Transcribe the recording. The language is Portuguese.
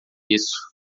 isso